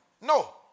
No